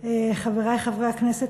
חברי חברי הכנסת,